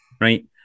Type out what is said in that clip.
Right